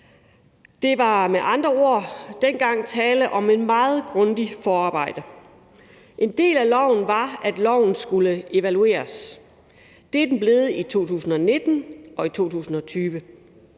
Der var med andre ord dengang tale om et meget grundigt forarbejde. En del af loven var, at loven skulle evalueres. Det er den blevet i 2019 og i 2020.